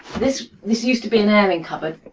this this used to be an airing cupboard.